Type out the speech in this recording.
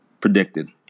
predicted